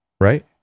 right